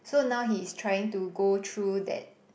so now he's trying to go through that